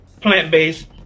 plant-based